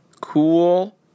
cool